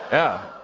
yeah.